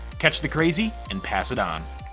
catch the krazy and pass it on.